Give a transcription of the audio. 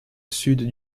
sud